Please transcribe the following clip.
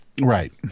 Right